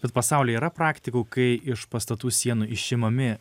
kad pasaulyje yra praktikų kai iš pastatų sienų išimami